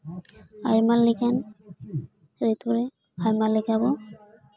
ᱟᱭᱢᱟ ᱞᱮᱠᱟᱱ ᱦᱚᱱᱚᱛ ᱠᱚᱨᱮ ᱟᱭᱢᱟ ᱞᱮᱠᱟᱵᱚ